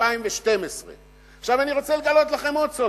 2012. עכשיו אני רוצה לגלות לכם עוד סוד,